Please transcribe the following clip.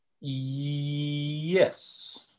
Yes